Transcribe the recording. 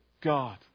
God